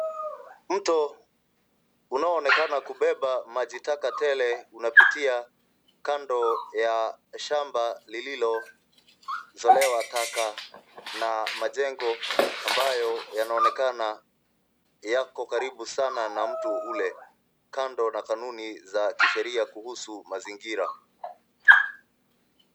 Mto unaoonekana kubeba maji taka tele, unapitia kando ya shamba lililozolewa taka na majengo ambayo yanaonekana yako karibu sana na mto ule, kando na kanuni za sheria kuhusu mazingira.